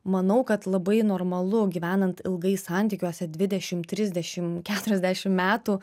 manau kad labai normalu gyvenant ilgai santykiuose dvidešim trisdešim keturiasdešim metų